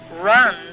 run